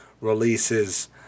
releases